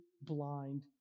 blind